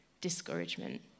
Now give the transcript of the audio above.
Discouragement